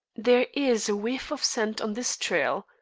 there is a whiff of scent on this trail,